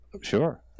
Sure